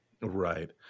right